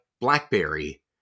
Blackberry